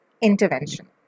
intervention